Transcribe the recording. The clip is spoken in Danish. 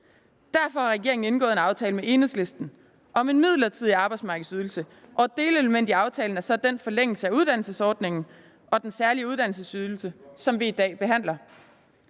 derfor har regeringen indgået en aftale med Enhedslisten om en midlertidig arbejdsmarkedsydelse. Et delelement i aftalen er så den forlængelse af uddannelsesordningen og den særlige uddannelsesydelse, som vi i dag behandler.